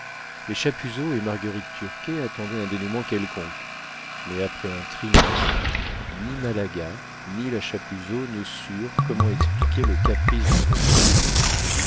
les chapuzot et marguerite turquet attendaient un dénouement quelconque mais après un trimestre ni malaga ni la chapuzot ne surent comment expliquer le caprice du comte polonais